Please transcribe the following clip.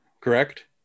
correct